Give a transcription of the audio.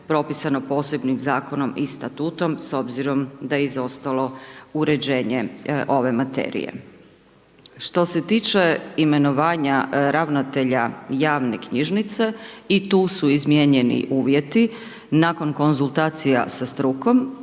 propisano posebnim Zakonom i Statutom s obzirom da je izostalo uređenje ove materije. Što se tiče imenovanja ravnatelja javne knjižnice i tu su izmijenjeni uvjeti nakon konzultacija sa strukom,